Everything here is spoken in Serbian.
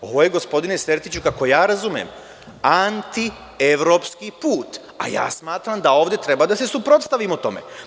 Ovo je, gospodine Sertiću, kako ja razumem antievropski put, a ja smatram da ovde treba da se suprotstavimo tome.